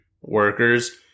workers